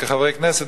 כחברי כנסת,